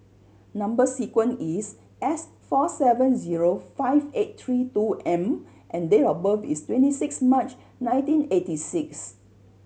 number sequence is S four seven zero five eight three two M and date of birth is twenty six March nineteen eighty six